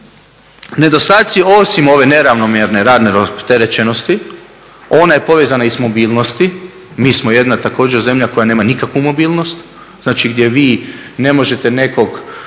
nedostatci osim ove neravnomjerne radne opterećenosti. Ona je povezana i sa mobilnosti. Mi smo jedna također zemlja koja nema nikakvu mobilnost. Znači gdje vi ne možete nekog